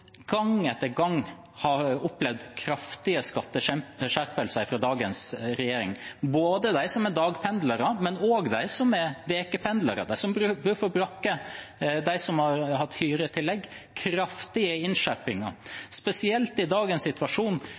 gang etter gang har opplevd kraftige skatteskjerpelser fra dagens regjering, både de som er dagpendlere, og de som er ukependlere, de som bor på brakke, eller har hatt hyre i tillegg: kraftige innskjerpinger for dem. I dagens situasjon,